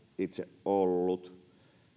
itse ollut